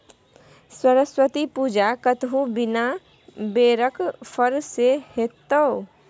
सरस्वती पूजा कतहु बिना बेरक फर सँ हेतै?